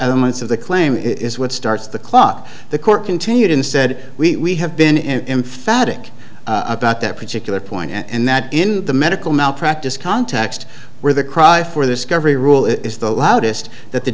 elements of the claim is what starts the clock the court continued and said we have been emphatic about that particular point and that in the medical malpractise context where the cry for this coverage rule is the loudest that the